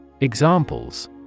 Examples